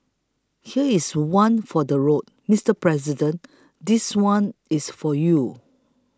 here is one for the road Mister President this one's for you